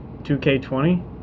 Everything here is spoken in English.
2K20